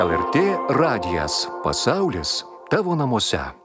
lrt radijas pasaulis tavo namuose